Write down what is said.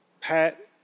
Pat